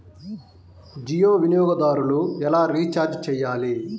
జియో వినియోగదారులు ఎలా రీఛార్జ్ చేయాలి?